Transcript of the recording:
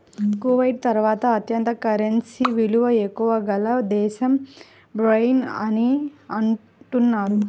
Kuwait తర్వాత అత్యంత currency విలువ ఎక్కువ గల దేశం బహ్రెయిన్ అని అంటున్నారు